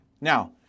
Now